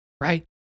right